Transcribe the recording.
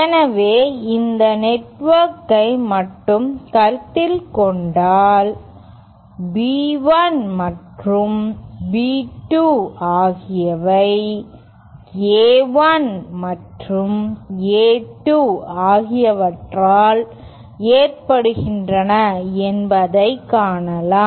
எனவே இந்த நெட்வொர்க்கை மட்டும் கருத்தில் கொண்டால் B 1 மற்றும் B 2 ஆகியவை ஏ 1 மற்றும் ஏ 2 ஆகியவற்றால் ஏற்படுகின்றன என்பதைக் காணலாம்